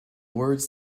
words